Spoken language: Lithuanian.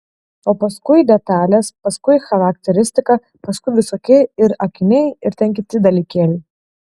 o paskui detalės paskui charakteristika paskui visokie ir akiniai ir ten kiti dalykėliai